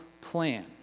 plan